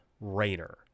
Rayner